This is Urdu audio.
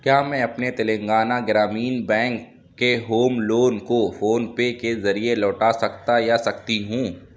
کیا میں اپنے تلنگانہ گرامین بینک کے ہوم لون کو فون پے کے ذریعے لوٹا سکتا یا سکتی ہوں